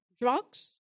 drugs